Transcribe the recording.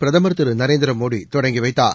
பிரதமர் திரு நரேந்திரமோடி தொடங்கி வைத்தார்